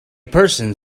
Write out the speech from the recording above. person